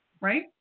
right